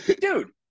dude